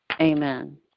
Amen